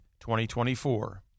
2024